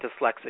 dyslexic